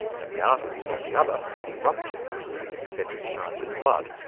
and the arteries on the other getting ruptured through the excessive charge of blood,